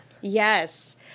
yes